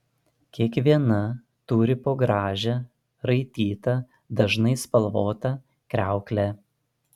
kiekviena turi po gražią raitytą dažnai spalvotą kriauklę